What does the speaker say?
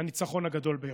הניצחון הגדול ביותר.